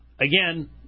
again